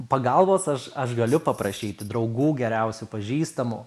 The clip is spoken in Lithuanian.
pagalbos aš aš galiu paprašyti draugų geriausių pažįstamų